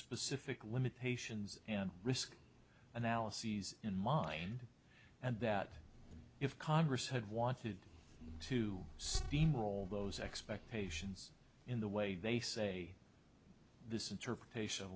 specific limitations and risk analyses in mind and that if congress had wanted to steamroll those expectations in the way they say this interpretation